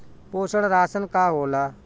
पोषण राशन का होला?